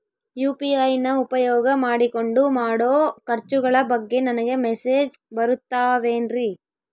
UPI ನ ಉಪಯೋಗ ಮಾಡಿಕೊಂಡು ಮಾಡೋ ಖರ್ಚುಗಳ ಬಗ್ಗೆ ನನಗೆ ಮೆಸೇಜ್ ಬರುತ್ತಾವೇನ್ರಿ?